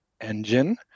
engine